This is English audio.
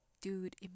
Dude